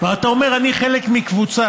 ואתה אומר שאתה חלק מקבוצה,